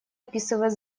описывает